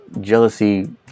jealousy